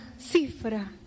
cifra